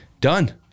done